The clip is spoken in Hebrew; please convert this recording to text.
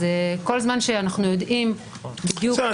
אז כל זמן שאנחנו יודעים בדיוק --- בסדר,